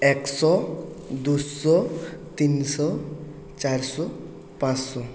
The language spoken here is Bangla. একশো দুশো তিনশো চারশো পাঁচশো